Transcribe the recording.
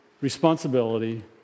Responsibility